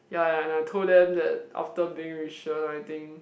ya ya and I told them that after being with Shen I think